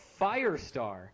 Firestar